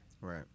Right